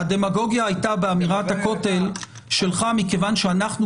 הדמגוגיה הייתה באמירה על הכותל שלך מכיוון שאנחנו